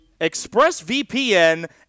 ExpressVPN